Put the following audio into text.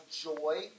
joy